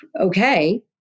okay